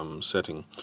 setting